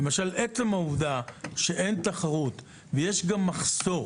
עצם העובדה שאין תחרות ושגם יש מחסור,